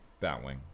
Batwing